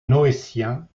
noétiens